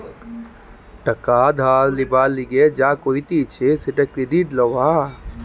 টাকা ধার লিবার লিগে যা করতিছে সেটা ক্রেডিট লওয়া